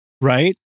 Right